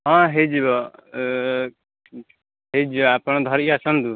ହଁ ହେଇଯିବ ଏ ହେଇ ହେଇଯିବ ଆପଣ ଧରିକି ଆସନ୍ତୁ